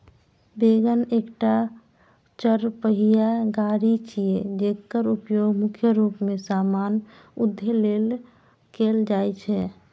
wagon एकटा चरपहिया गाड़ी छियै, जेकर उपयोग मुख्य रूप मे सामान उघै लेल कैल जाइ छै